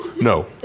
no